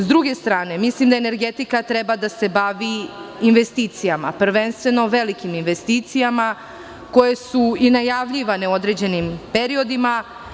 S druge strane, mislim da energetika treba da se bavi investicijama, prvenstveno velikim investicijama koje su i najavljivane u određenim periodima.